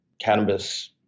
cannabis